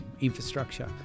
infrastructure